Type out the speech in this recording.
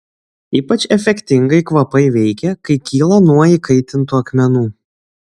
ypač efektingai kvapai veikia kai kyla nuo įkaitintų akmenų